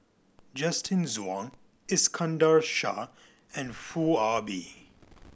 Justin Zhuang Iskandar Shah and Foo Ah Bee